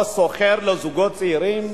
או שוכר, לזוגות צעירים,